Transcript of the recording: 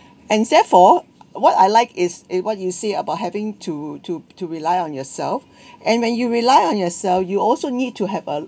and therefore what I like is eh what you say about having to to to rely on yourself and when you rely on yourself you also need to have a